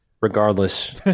regardless